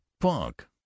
punk